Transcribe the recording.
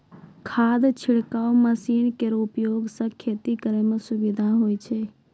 खाद छिड़काव मसीन केरो उपयोग सँ खेती करै म सुबिधा होय छै